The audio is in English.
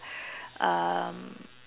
um